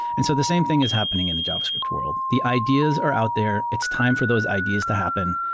and so the same thing is happening in the javascript world. the ideas are out there. it's time for those ideas to happen,